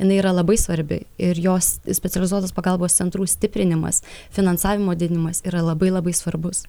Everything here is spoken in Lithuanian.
jinai yra labai svarbi ir jos specializuotos pagalbos centrų stiprinimas finansavimo didinimas yra labai labai svarbus